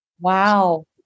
wow